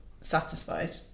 satisfied